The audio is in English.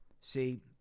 See